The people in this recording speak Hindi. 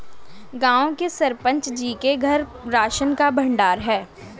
गांव के सरपंच जी के घर राशन का भंडार है